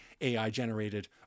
AI-generated